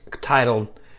titled